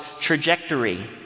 trajectory